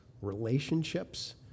relationships